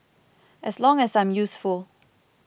as long as I'm useful